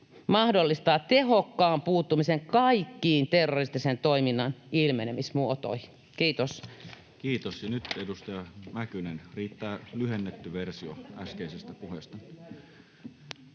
mahdollistaa tehokkaan puuttumisen kaikkiin terroristisen toiminnan ilmenemismuotoihin”. — Kiitos. Kiitos. — Ja nyt edustaja Mäkynen. Riittää lyhennetty versio äskeisestä puheesta.